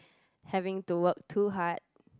having to work too hard